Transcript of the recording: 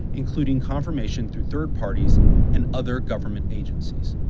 including confirmation through third parties and other government agencies.